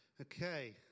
Okay